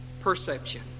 perception